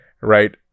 right